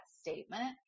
statement